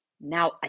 now